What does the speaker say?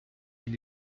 est